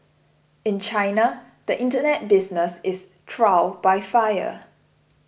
in China the Internet business is trial by fire